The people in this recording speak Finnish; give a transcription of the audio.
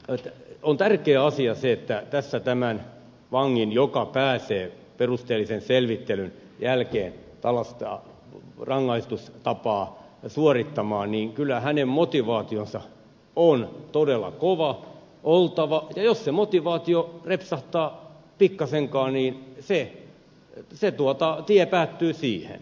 sitten on tärkeä asia se että kyllä tässä tämän vangin joka pääsee perusteellisen selvittelyn jälkeen tällaista rangaistustapaa suorittamaan motivaation on todella oltava kova ja jos se motivaatio repsahtaa pikkaisenkaan niin se tie päättyy siihen